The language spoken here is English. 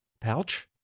Pouch